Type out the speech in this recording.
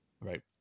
right